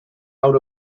out